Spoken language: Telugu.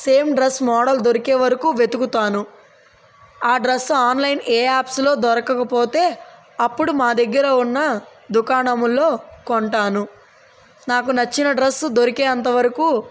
సేమ్ డ్రెస్ మోడల్ దొరికే వరకు వెతుకుతాను ఆ డ్రెస్ ఏ యాప్స్లో దొరకకపోతే అప్పుడు మా దగ్గర ఉన్న దుకాణముల్లో కొంటాను నాకు నచ్చిన డ్రెస్ దొరికేంతవరకు